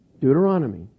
Deuteronomy